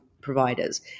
providers